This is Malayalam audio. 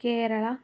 കേരള